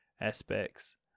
aspects